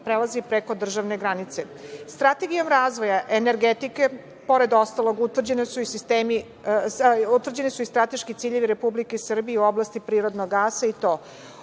prelazi preko državne granice. Strategijom razvoja energetike, pored ostalog, utvrđeni su i strateški ciljevi Republike Srbije u oblasti prirodnog gasa, i to